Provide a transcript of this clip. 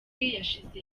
yashyize